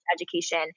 education